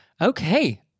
Okay